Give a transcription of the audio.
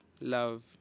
love